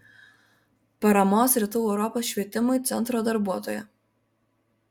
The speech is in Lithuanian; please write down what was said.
paramos rytų europos švietimui centro darbuotoja